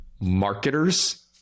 marketers